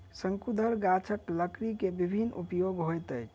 शंकुधर गाछक लकड़ी के विभिन्न उपयोग होइत अछि